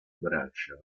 braccia